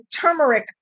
turmeric